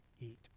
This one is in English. eat